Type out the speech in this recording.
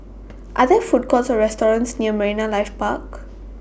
Are There Food Courts Or restaurants near Marine Life Park